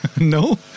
No